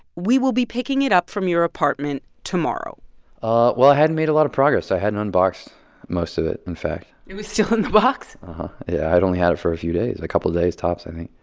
we will be picking it up from your apartment tomorrow ah well, i hadn't made a lot of progress. i hadn't unboxed most of it, in fact it was still in the box? yeah i had only had it for a few days a couple days tops, i think.